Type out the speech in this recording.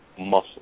muscle